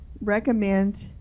recommend